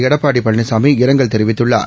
எடப்பாடி பழனிசாமி இரங்கல் தெரிவித்துள்ளார்